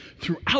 throughout